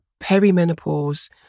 perimenopause